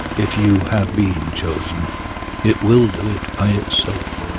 if you have been chosen it will do it by itself,